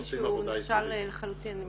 אני הבנתי שהוא לחלוטין נכשל.